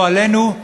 לא עלינו,